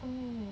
mm